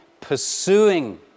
pursuing